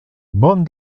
bon